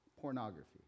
Pornography